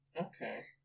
Okay